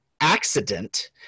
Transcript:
accident